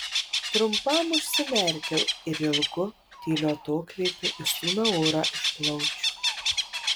trumpam užsimerkiau ir ilgu tyliu atokvėpiu išstūmiau orą iš plaučių